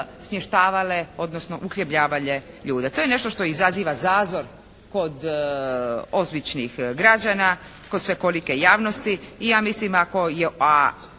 smještavale odnosno uhlebljavale ljude. To je nešto što izaziva zazor kod običnih građana, kod svekolike javnosti i ja mislim ako je,